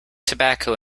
tobacco